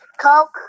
Coke